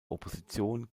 opposition